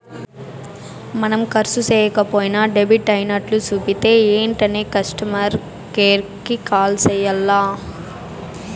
మనం కర్సు సేయక పోయినా డెబిట్ అయినట్లు సూపితే ఎంటనే కస్టమర్ కేర్ కి కాల్ సెయ్యాల్ల